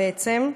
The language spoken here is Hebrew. בעצם,